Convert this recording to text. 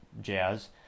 jazz